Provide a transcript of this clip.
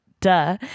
duh